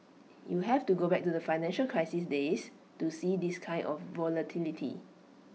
you have to go back to the financial crisis days to see this kind of volatility